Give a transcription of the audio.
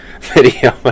video